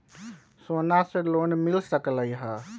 सोना से लोन मिल सकलई ह?